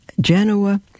Genoa